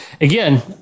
Again